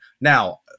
Now